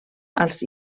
als